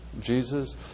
Jesus